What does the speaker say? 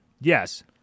Yes